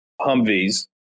Humvees